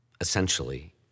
essentially